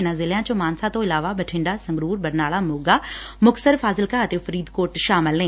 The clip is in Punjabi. ਇਨ੍ਹਾਂ ਜ਼ਿਲ੍ਹਿਆਂ ਚ ਮਾਨਸਾ ਤੋ ਇਲਾਵਾ ਬਠਿੰਡਾ ਸੰਗਰੁਰ ਬਰਨਾਲਾ ਸੋਗਾ ਮੁਕਤਸਰ ਫਾਜ਼ਿਲਕਾ ਅਤੇ ਫਰੀਦਕੋਟ ਸ਼ਾਮਲ ਨੇ